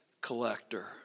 collector